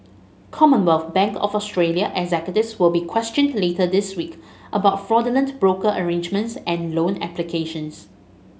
Commonwealth Bank of Australia executives will be questioned later this week about fraudulent broker arrangements and loan applications